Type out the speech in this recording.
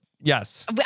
Yes